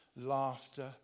laughter